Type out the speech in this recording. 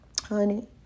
honey